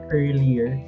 earlier